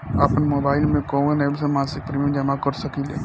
आपनमोबाइल में कवन एप से मासिक प्रिमियम जमा कर सकिले?